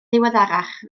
ddiweddarach